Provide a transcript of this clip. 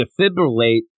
defibrillate